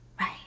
Right